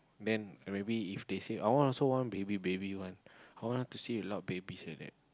then maybe if they say I want also want baby baby one I want to see a lot of babies like that